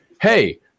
hey